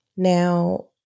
Now